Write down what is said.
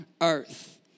earth